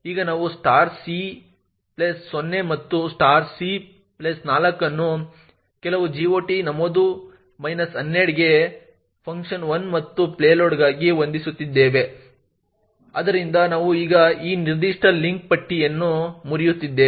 ಈಗ ನಾವು c0 ಮತ್ತು c4 ಅನ್ನು ಕೆಲವು GOT ನಮೂದು ಮೈನಸ್ 12 ಗೆ ಫನ್1 ಮತ್ತು ಪೇಲೋಡ್ಗಾಗಿ ಹೊಂದಿಸುತ್ತಿದ್ದೇವೆ ಆದ್ದರಿಂದ ನಾವು ಈಗ ಈ ನಿರ್ದಿಷ್ಟ ಲಿಂಕ್ ಪಟ್ಟಿಯನ್ನು ಮುರಿಯುತ್ತಿದ್ದೇವೆ